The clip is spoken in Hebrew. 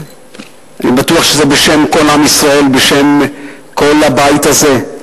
אני בטוח שזה בשם כל עם ישראל, בשם כל הבית הזה,